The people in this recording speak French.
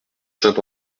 saint